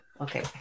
okay